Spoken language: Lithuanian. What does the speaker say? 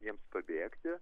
jiems pabėgti